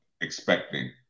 expecting